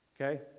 Okay